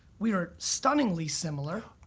we are stunningly similar.